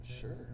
Sure